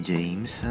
James